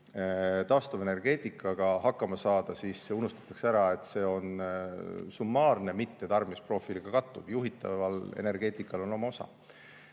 taastuvenergeetikaga hakkama saada, aga unustatakse ära, et see on summaarne, mitte tarbimisprofiiliga kattuv. Juhitaval energeetikal on